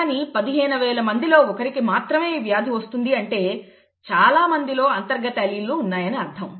కానీ 15 వేల మందిలో ఒకరికి మాత్రమే ఈ వ్యాధి వస్తుంది అంటే చాలామందిలో అంతర్గత అల్లీల్లు ఉన్నాయని అర్థం